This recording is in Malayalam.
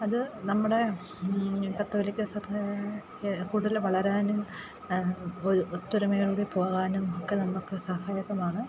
അതു നമ്മുടെ കത്തോലിക്ക സഭയെ കൂടുതൽ വളരാനും ഓ ഒത്തൊരുമയോടുകൂടി പോകാനും ഒക്കെ നമുക്കു സഹായകമാണ്